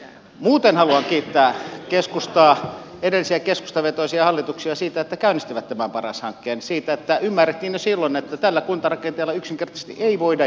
muuten haluan kiittää keskustaa edellisiä keskustavetoisia hallituksia siitä että käynnistivät tämän paras hankkeen että ymmärrettiin jo silloin että tällä kuntarakenteella yksinkertaisesti ei voida jatkaa